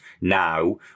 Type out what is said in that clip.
now